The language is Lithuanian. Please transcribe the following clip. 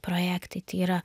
projektai tai yra